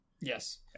Yes